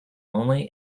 only